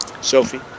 Sophie